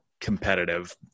competitive